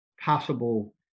possible